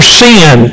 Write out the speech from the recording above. sin